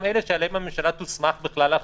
אלה שעליהם הממשלה תוסמך בכלל להכריז.